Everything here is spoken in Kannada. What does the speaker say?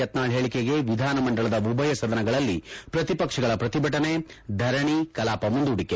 ಯತ್ನಾಳ್ ಹೇಳಿಕೆಗೆ ವಿಧಾನಮಂಡಲದ ಉಭಯ ಸದನಗಳಲ್ಲಿ ಪ್ರತಿಪಕ್ಷಗಳ ಪ್ರತಿಭಟನೆ ಧರಣಿ ಕಲಾಪ ಮುಂದೂಡಿಕೆ